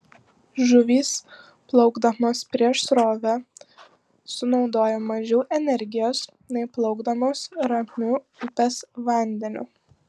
žuvys plaukdamos prieš srovę sunaudoja mažiau energijos nei plaukdamos ramiu upės vandeniu